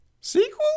Sequel